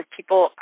People